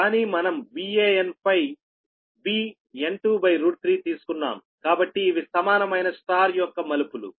కానీ మనం VAn పై V N23 తీసుకున్నాo కాబట్టి ఇవి సమానమైన Y యొక్క మలుపులు